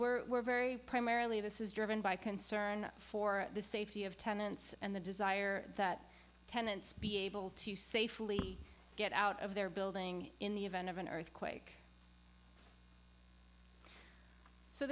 were very primarily this is driven by concern for the safety of tenants and the desire that tenants be able to safely get out of their building in the event of an earthquake so